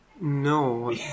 No